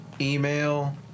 email